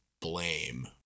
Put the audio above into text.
blame